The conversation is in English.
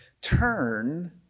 turn